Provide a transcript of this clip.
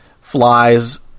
flies